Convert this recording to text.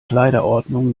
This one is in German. kleiderordnung